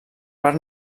part